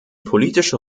politische